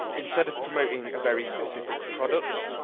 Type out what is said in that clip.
instead of promoting a very specific product,